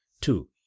two